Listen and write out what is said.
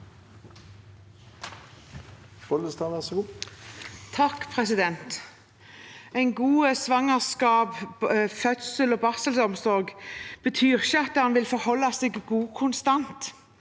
fødsels- og barselomsorg betyr ikke at den vil forholde seg god konstant,